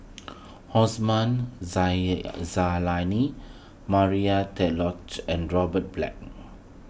Osman Zailani Maria and Robert Black